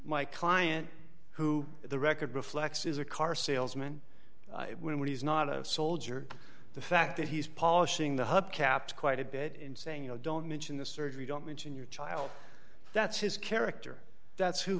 my client who the record reflects is a car salesman when he's not a soldier the fact that he's polishing the hubcaps quite a bit in saying you know don't mention the surgery don't mention your child that's his character that's who